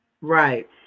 Right